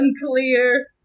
unclear